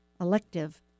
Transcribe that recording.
Elective